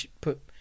put